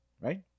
Right